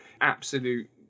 absolute